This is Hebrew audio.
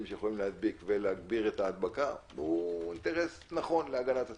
שיכולים להדביק ולהגביר את ההדבקה הוא אינטרס נכון להגנת הציבור.